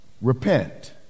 repent